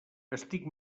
estic